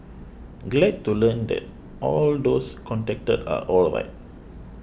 glad to learn that all those contacted are alright